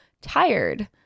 tired